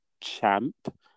champ